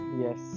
Yes